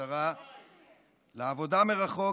השר עמאר,